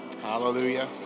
hallelujah